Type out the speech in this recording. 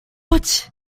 ouch